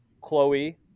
Chloe